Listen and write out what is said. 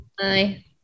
Bye